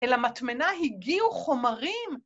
‫אל המטמנה הגיעו חומרים?